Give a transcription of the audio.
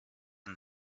and